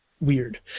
weird